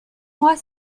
mois